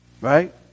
right